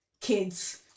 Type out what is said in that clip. kids